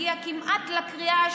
הגיע כמעט לקריאה השלישית,